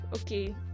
okay